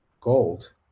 gold